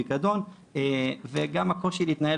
פיקדון וגם הקושי להתנהל,